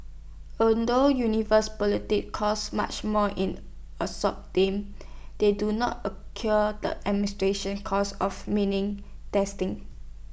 although universal politics cost much more in assault terms they do not incur the administration costs of meaning testing